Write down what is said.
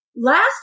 last